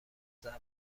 ضبط